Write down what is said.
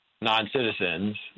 non-citizens